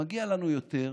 מגיע לנו יותר,